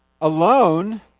alone